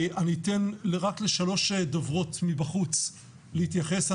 אני אתן רק לשלוש דוברות מבחוץ להתייחס.